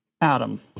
Adam